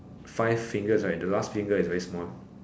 fi~ fingers right the last finger is very small